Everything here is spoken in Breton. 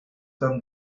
d’an